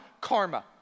Karma